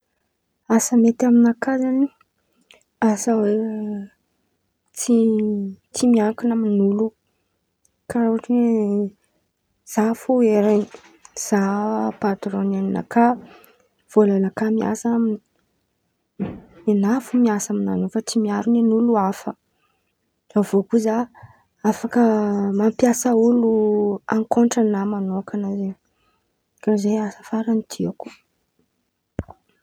Asa mety aminakà zen̈y, asa hoe tsy tsy miankin̈a aman̈'olo, karàha ôhatra hoe: za fo heran̈y za patron ain̈inakà, vôlanakà miasa nena fo miasa amin̈any io fa tsy miaro nin'olo hafa, avôko za afaka mampiasa olo ankôtranahy manôkana zen̈y, karàha zay asa faran̈y tiako e.